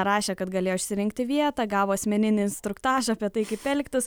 rašė kad galėjo išsirinkti vietą gavo asmeninį instruktažą apie tai kaip elgtis